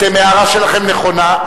ההערה שלכם נכונה,